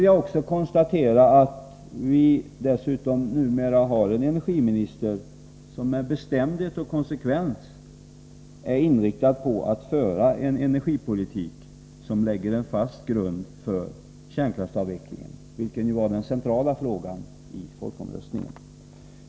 Jag konstaterar också att vi dessutom numera har en energiminister som med bestämdhet och konsekvens är inriktad på att föra en energipolitik som lägger en fast grund för kärnkraftsavvecklingen, vilken var den centrala frågan i folkomröstningen.